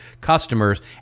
customers